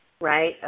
Right